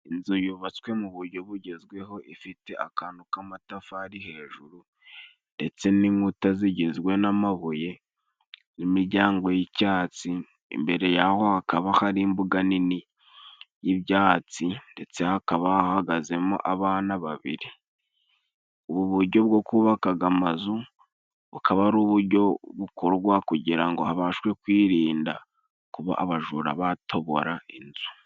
Inzu yubatswe mu bujyo bugezweho ifite akantu k'amatafari hejuru ndetse n'inkuta zigizwe n'amabuye n'imiryango y'icyatsi, imbere yaho hakaba hari imbuga nini y'ibyatsi ndetse hakaba hahagazemo abana babiri. Ubu bujyo bwo kubaka aga mazu, bukaba ari ubujyo bukorwa kugira ngo habashwe kwirinda kuba abajura batobora inzu.